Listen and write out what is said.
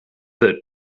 that